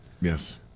Yes